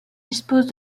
dispose